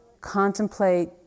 contemplate